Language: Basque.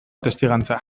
testigantza